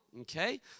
Okay